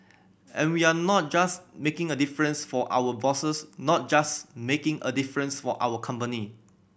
and we are not just making a difference for our bosses not just making a difference for our company